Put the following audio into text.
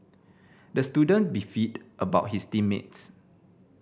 the student beefed about his team mates